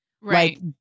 Right